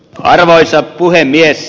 arvoisa puhemies